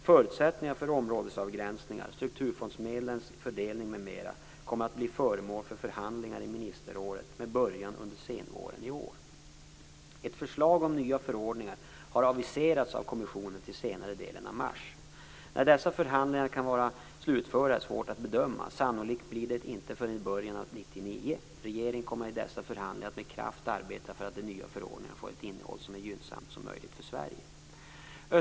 Förutsättningarna för områdesavgränsningar, strukturfondsmedlens fördelning m.m. kommer att bli föremål för förhandlingar i ministerrådet med början under senvåren i år. Ett förslag om nya förordningar har aviserats av kommissionen till senare delen av mars. När dessa förhandlingar kan vara slutförda är svårt att bedöma. Sannolikt blir det inte förrän i början av 1999. Regeringen kommer i dessa förhandlingar att med kraft arbeta för att de nya förordningarna får ett innehåll som är så gynnsamt som möjligt för Sverige.